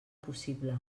possible